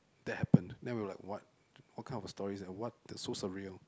that happened then we were like what what kind of a story is that what it's so surreal